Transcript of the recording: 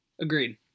Agreed